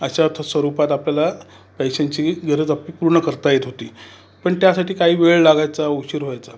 अशा थ् स्वरूपात आपल्याला पैशांची गरज आपली पूर्ण करता येत होती पण त्यासाठी काही वेळ लागायचा उशीर व्हायचा